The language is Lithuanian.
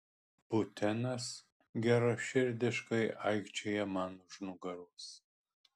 butenas geraširdiškai aikčioja man už nugaros